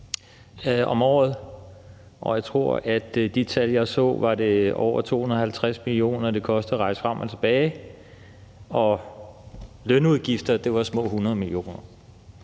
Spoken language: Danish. om året, og jeg tror, at i de tal, jeg så, var det over 250 mio. kr., det koster at rejse frem og tilbage, og lønudgifterne var små 100 mio.